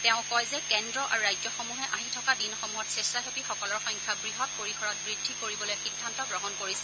তেওঁ কয় যে কেন্দ্ৰ আৰু ৰাজ্যসমূহে আহি থকা দিনসমূহত স্বেচ্ছাসেৱীসকলৰ সংখ্যা বৃহৎ পৰিসৰত বৃদ্ধি কৰিব বুলি সিদ্ধান্ত গ্ৰহণ কৰিছে